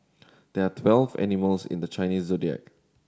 there are twelve animals in the Chinese Zodiac